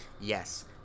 Yes